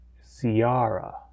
Sierra